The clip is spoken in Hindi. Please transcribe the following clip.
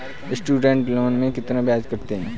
स्टूडेंट लोन में कितना ब्याज चार्ज करते हैं?